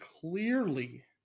clearly